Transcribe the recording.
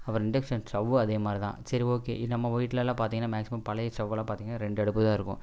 அப்புறம் induction stove அதே மாதிரி தான் சரி ஓகே நம்ம வீட்லயெல்லாம் பார்த்தீங்கனா மேக்ஸிமம் பழைய ஸ்டவ்வெல்லாம் பார்த்தீங்கனா ரெண்டு அடுப்பு தான் இருக்கும்